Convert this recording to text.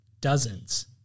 dozens